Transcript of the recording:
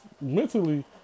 mentally